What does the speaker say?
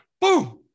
boom